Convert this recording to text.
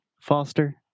Foster